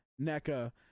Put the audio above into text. NECA